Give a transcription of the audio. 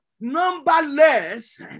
numberless